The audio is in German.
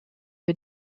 wir